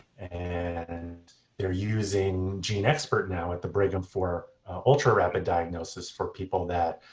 and they're using genexpert now at the brigham for ultra-rapid diagnosis for people that